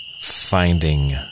finding